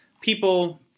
people